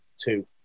two